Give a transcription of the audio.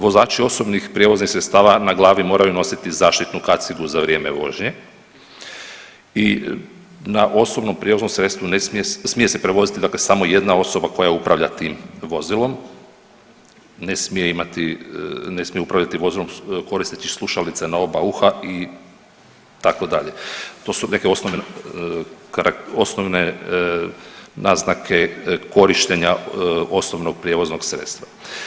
Vozači osobnih prijevoznih sredstava na glavi moraju nositi zaštitnu kacigu za vrijeme vožnje i na osobnom prijevoznom sredstvu smije se prevoziti samo jedna osoba koja upravlja tim vozilom, ne smije upravljati vozilom koristeći slušalice na oba uha itd., to su neke osnovne naznake korištenja osobnog prijevoznog sredstva.